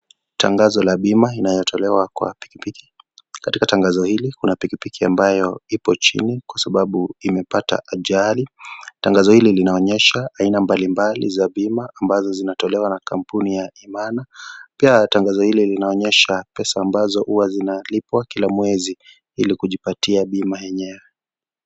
Tangazo la bima inayotolewa kwa pikipiki katika tangazo hili kuna pikipiki ambayo ipo juu Kwa sababu imepata ajali. Tangazo hili linaonyesha aina mbalimbali za bima ambayo zinatolewa na kampuni ya imana pia tangazo hili linaonyesha pesa ambazo huwa zinalipwa kila mwezi ili kujipati bima yenyewe.